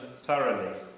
thoroughly